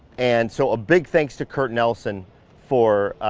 and so a big thanks to curt nelson for,